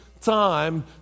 Time